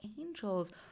angels